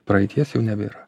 praeities jau nebėra